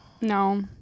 no